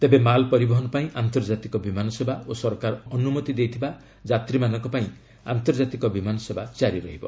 ତେବେ ମାଲ୍ ପରିବହନ ପାଇଁ ଆନ୍ତର୍ଜାତିକ ବିମାନ ସେବା ଓ ସରକାର ଅନୁମତି ଦେଇଥିବା ଯାତ୍ରୀମାନଙ୍କପାଇଁ ଆନ୍ତର୍ଜାତିକ ବିମାନ ସେବା ଜାରି ରହିବ